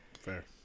Fair